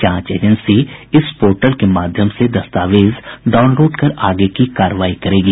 जांच एजेंसी इस पोर्टल के माध्यम से दस्तावेज डाउनलोड कर आगे की कार्रवाई करेगी